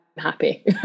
happy